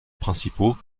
principaux